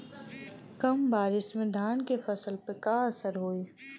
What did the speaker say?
कम बारिश में धान के फसल पे का असर होई?